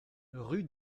rue